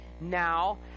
now